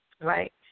right